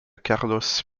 carlos